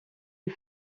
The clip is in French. est